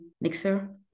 mixer